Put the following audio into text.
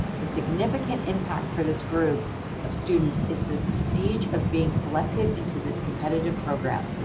the significant impact for this group of students is the prestige of being selected into this competitive program.